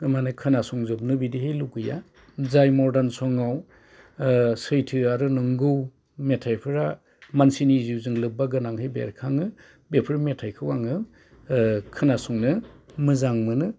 माने खोनासंजोबनो बिदिहै लुबैया जाय मडार्न सङाव सैथो आरो नंगौ मेथाइफोरा मानसिनि जिउजों लोब्बा गोनांहै बेरखाङो बेफोर मेथाइखौ आङो खोनासंनो मोजां मोनो